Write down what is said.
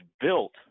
built